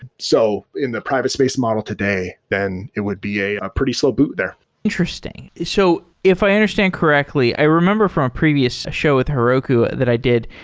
and so in the private space model today, then it would be a a pretty slow boot there interesting. so if i understand correctly, i remember from a previous show with heroku that i did,